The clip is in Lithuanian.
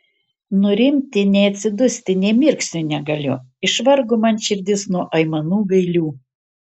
nurimti nei atsidusti nė mirksnio negaliu išvargo man širdis nuo aimanų gailių